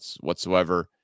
whatsoever